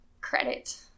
credit